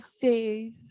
faith